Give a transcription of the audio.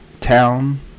town